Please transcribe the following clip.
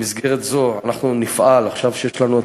בתחומי הכלכלה אנחנו מסייעים בעידוד